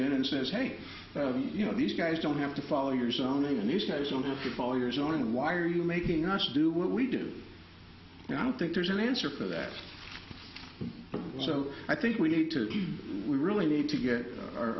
in and says hey you know these guys don't have to follow your zoning and these guys don't have to follow your zone and why are you making us do what we do and i don't think there's an answer for that so i think we need to we really need to get